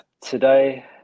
today